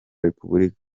repubulika